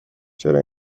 چرا